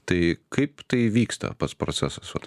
tai kaip tai vyksta pats procesas vat